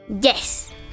Yes